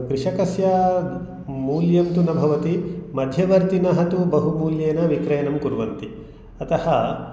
कृषकस्य मूल्यं तु न भवति मध्यवर्तिनः तु बहुमूल्येन विक्रयणं कुर्वन्ति अतः